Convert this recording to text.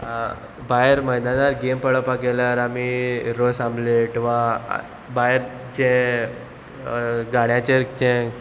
भायर मैदानार गेम पळोवपाक गेल्यार आमी रोस आमलेट वा भायर चे गाड्याचेर जे